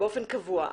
באופן קבוע,